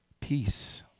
Peace